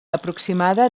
aproximada